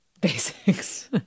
Basics